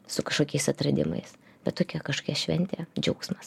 su kažkokiais atradimais bet tokia kažkokia šventė džiaugsmas